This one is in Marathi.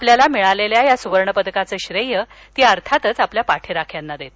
आपल्याला मिळालेल्याट सुवर्ण पदकाचं श्रेय ती अर्थातच आपल्याल पाठीराख्यांना देते